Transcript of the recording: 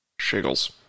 Shiggles